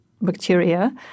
bacteria